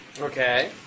Okay